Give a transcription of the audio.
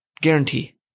Guarantee